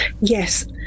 Yes